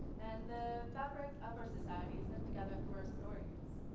and the fabric of our society is knit together through our stories.